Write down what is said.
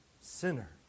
sinner